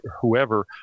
whoever